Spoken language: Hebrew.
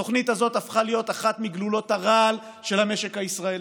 התוכנית הזאת הפכה להיות אחת מגלולות הרעל של המשק הישראלי.